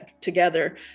together